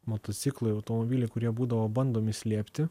motociklai automobiliai kurie būdavo bandomi slėpti